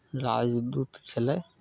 राजदूत छलय